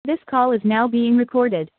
this call is now being recorded